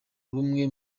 bumwe